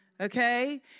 Okay